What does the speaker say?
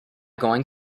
going